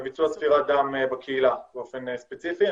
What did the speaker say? לביצוע ספירת דם בקהילה באופן ספציפי.